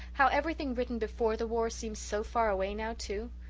how everything written before the war seems so far away now, too?